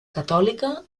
catòlica